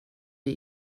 det